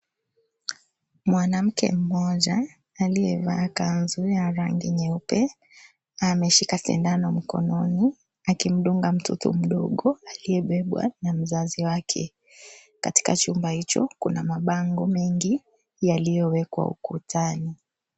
Mwanamke mmoja aliyevaa kanzu ya rangi nyeupe na ameshika sindano mkononi akimdunga mtoto mdogo aliye bebwa na mzazi wake. Katika chumba hicho kuna mabango mengi yaliyo wekwa ukutani.